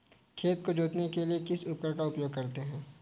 खेत को जोतने के लिए किस उपकरण का उपयोग करते हैं?